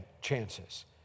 chances